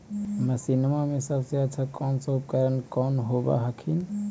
मसिनमा मे सबसे अच्छा कौन सा उपकरण कौन होब हखिन?